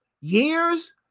years